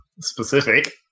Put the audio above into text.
Specific